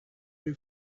who